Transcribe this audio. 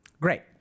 Great